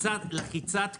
לחיצת כפתור.